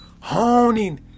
honing